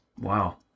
Wow